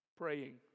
Praying